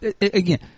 again